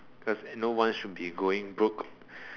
cause no one should be going broke